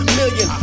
million